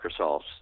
Microsoft's